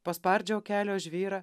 paspardžiau kelio žvyrą